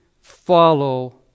follow